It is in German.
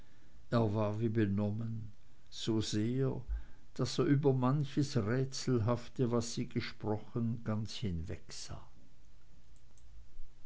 er war wie benommen so sehr daß er über manches rätselhafte was sie gesprochen ganz hinwegsah